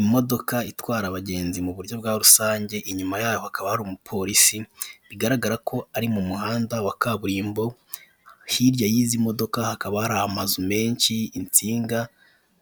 Imodoka itwara abagenzi mu buryo bwa rusange, inyuma yayo hakaba hari umpolisi bigaragara ko ari mu muhanda wa kaburimbo. Hirya y'izi modoka hakaba hari amazu, insinga